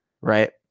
right